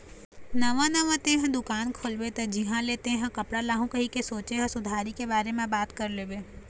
नवा नवा तेंहा दुकान खोलबे त जिहाँ ले तेंहा कपड़ा लाहू कहिके सोचें हस उधारी के बारे म बात कर लेबे